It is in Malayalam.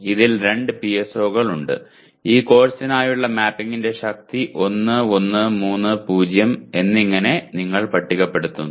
ഇതിൽ 2 PSO കൾ ഉണ്ട് ഈ കോഴ്സിനായുള്ള മാപ്പിംഗിന്റെ ശക്തി 1 1 3 0 എന്നിങ്ങനെ നിങ്ങൾ പട്ടികപ്പെടുത്തുന്നു